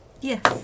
Yes